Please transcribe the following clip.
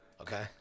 Okay